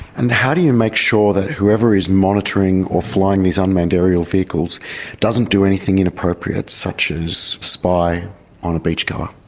and how do you make sure that whoever is monitoring or flying these unmanned aerial vehicles doesn't do anything inappropriate, such as spy on a beachgoer?